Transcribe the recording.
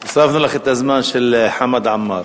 הוספנו לך את הזמן של חמד עמאר.